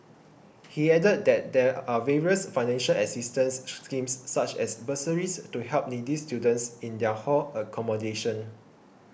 he added that there are various financial assistance schemes such as bursaries to help needy students in their hall accommodation